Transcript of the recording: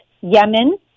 Yemen